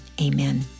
Amen